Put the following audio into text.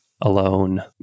alone